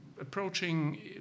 approaching